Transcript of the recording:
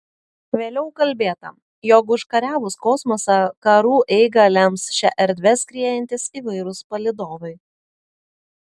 vėliau kalbėta jog užkariavus kosmosą karų eigą lems šia erdve skriejantys įvairūs palydovai